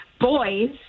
boys